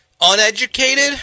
uneducated